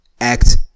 act